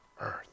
earth